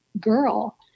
girl